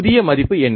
புதிய மதிப்பு என்ன